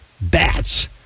bats